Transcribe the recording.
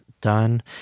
done